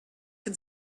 can